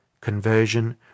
Conversion